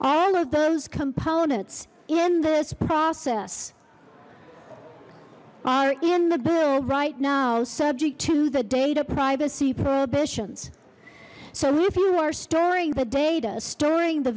all of those components in this process are in the bill right now subject to the data privacy prohibitions so if you are storing the data storing the